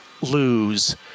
lose